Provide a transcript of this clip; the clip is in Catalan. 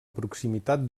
proximitat